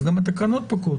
אז גם התקנות פוקעות.